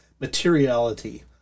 materiality